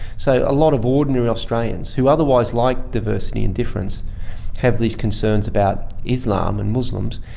so a lot of ordinary australians who otherwise like diversity and difference have these concerns about islam and muslims,